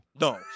No